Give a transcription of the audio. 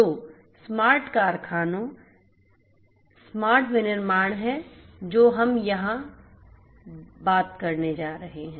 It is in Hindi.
तो स्मार्ट कारखानों स्मार्ट विनिर्माण है जो हम यहाँ बात करने जा रहे हैं